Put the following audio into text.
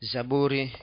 Zaburi